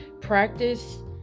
practice